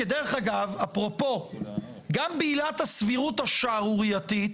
כי דרך אגב אפרופו גם בעילת הסבירות השערורייתית